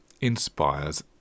inspires